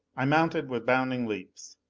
i mounted with bounding leaps.